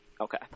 Okay